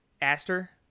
Aster